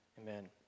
amen